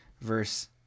verse